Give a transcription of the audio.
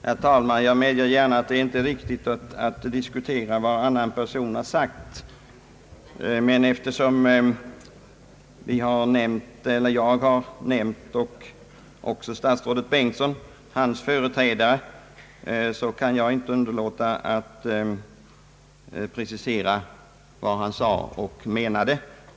Herr talman! Det må synas oriktigt att diskutera vad en annan person har sagt. Men eftersom både statsrådet Bengtsson och jag har nämnt statsrådets förträdare kan jag inte underlåta att precisera vad denne sade och menade.